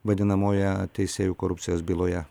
vadinamojoje teisėjų korupcijos byloje